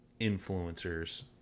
influencers